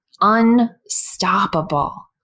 unstoppable